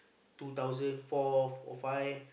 two thousand four or five